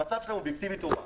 המצב שלהם אובייקטיבית הוא רע.